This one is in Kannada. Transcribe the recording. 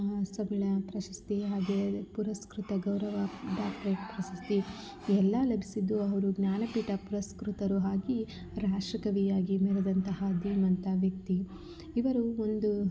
ಸಮ್ಮೇಳನ ಪ್ರಶಸ್ತಿ ಹಾಗೆ ಪುರಸ್ಕೃತ ಗೌರವ ಡಾಕ್ಟರೇಟ್ ಪ್ರಶಸ್ತಿ ಎಲ್ಲಾ ಲಭಿಸಿದ್ದು ಅವರು ಜ್ಞಾನಪೀಠ ಪುರಸ್ಕೃತರು ಹಾಗೆಯೇ ರಾಷ್ಟ್ರಕವಿಯಾಗಿ ಮೆರೆದಂತಹ ಧೀಮಂತ ವ್ಯಕ್ತಿ ಇವರು ಒಂದು